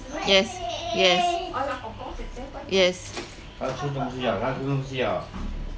yes yes yes